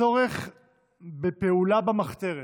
הצורך בפעולה במחתרת